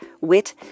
wit